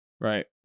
Right